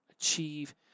achieve